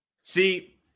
See